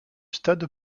stade